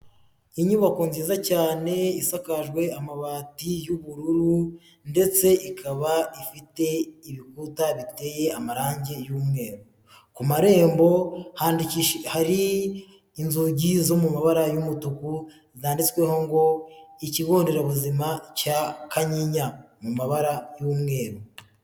Inyubako nziza cyane isakajwe amabati y'ubururu ndetse ikaba ifite ibikuta biteye amarangi y'umweru ku marembo handikishije hari inzugi zo mu mabara y'umutuku zanditsweho ngo ikigo nderabuzima cya Kanyinya mu mabara y'umweru.